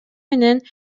менен